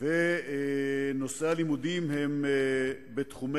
הלימודים האלה הם טובת